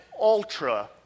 ultra